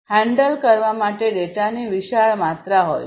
handle કરવા માટે ડેટાની વિશાળ માત્રા હશે